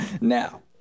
Now